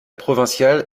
provinciale